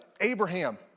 Abraham